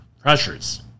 pressures